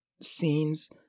scenes